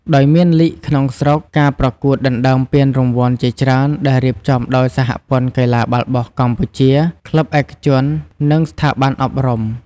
ដោយមានលីគក្នុងស្រុក ការប្រកួតដណ្តើមពានរង្វាន់ជាច្រើនដែលរៀបចំដោយសហព័ន្ធកីឡាបាល់បោះកម្ពុជា ក្លឹបឯកជន និងស្ថាប័នអប់រំ។